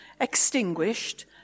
extinguished